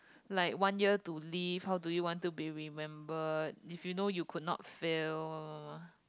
like one year to live how do you want to be remembered if you know you could not fail